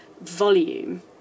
volume